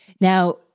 Now